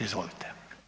Izvolite.